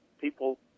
People